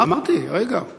אפשר לשבח את השר.